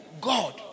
God